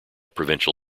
provincial